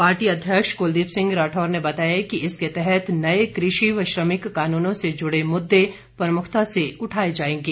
party अध्यक्ष कुलदीप सिंह राठौर ने बताया कि इसके तहत नए कृषि व श्रमिक कानूनों से जुड़े मुद्दे प्रमुखता से उठाए जाएंगे